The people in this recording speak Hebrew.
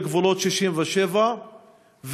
בגבולות 67',